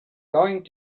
going